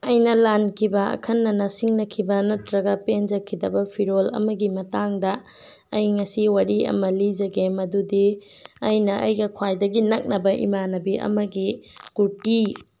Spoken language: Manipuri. ꯑꯩꯅ ꯂꯥꯟꯈꯤꯕ ꯑꯈꯟꯅꯅ ꯁꯤꯡꯅꯈꯤꯕ ꯅꯠꯇ꯭ꯔꯒ ꯄꯦꯟꯖꯈꯤꯗꯕ ꯐꯤꯔꯣꯜ ꯑꯃꯒꯤ ꯃꯇꯥꯡꯗ ꯑꯩ ꯉꯁꯤ ꯋꯥꯔꯤ ꯑꯃ ꯂꯤꯖꯒꯦ ꯃꯗꯨꯗꯤ ꯑꯩꯅ ꯑꯩꯒ ꯈ꯭ꯋꯥꯏꯗꯒꯤ ꯅꯛꯅꯕ ꯏꯃꯥꯟꯅꯕꯤ ꯑꯃꯒꯤ ꯀꯨꯔꯇꯤ